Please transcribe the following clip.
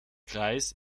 kreis